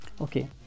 okay